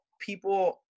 people